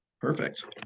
Perfect